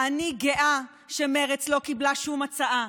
אני גאה שמרצ לא קיבלה שום הצעה,